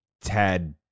tad